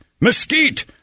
mesquite